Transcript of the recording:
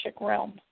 realm